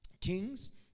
kings